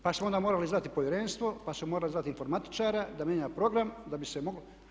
Pa smo onda morali zvati Povjerenstvo, pa smo morali zvati informatičara da mijenja program da bi se moglo.